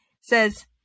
says